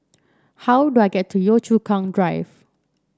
how do I get to Yio Chu Kang Drive